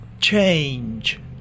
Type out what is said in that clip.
change